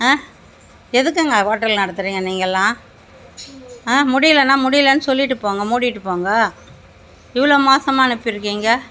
ஆ எதுக்குங்க ஓட்டல் நடத்தறிங்க நீங்கெல்லாம் ஆ முடியலைனா முடியலைன்னு சொல்லிவிட்டு போங்க மூடிவிட்டு போங்க இவ்வளோ மோசமாக அனுப்பியிருக்கிங்க